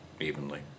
evenly